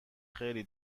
خیلی